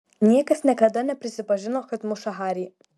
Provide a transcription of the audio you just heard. niekas niekada neprisipažino kad muša harį